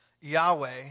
Yahweh